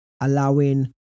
allowing